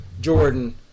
Jordan